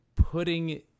putting